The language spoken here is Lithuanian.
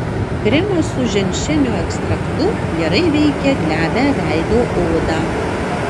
kremas su ženšenio ekstraktu gerai veikia glebią veido odą